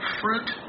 fruit